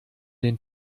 den